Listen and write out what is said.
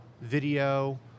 video